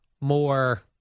more